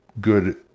good